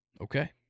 Okay